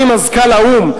גם ממזכ"ל האו"ם,